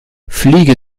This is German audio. fliege